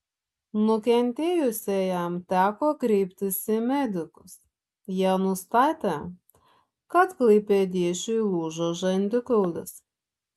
nukentėjusiajam teko kreiptis į medikus jie nustatė kad klaipėdiečiui lūžo žandikaulis